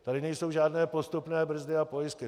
Tady nejsou žádné postupné brzdy a pojistky.